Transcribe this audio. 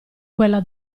quella